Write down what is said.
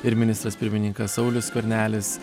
ir ministras pirmininkas saulius skvernelis